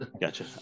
Gotcha